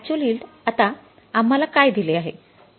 actual yield आता आम्हाला काय दिले आहे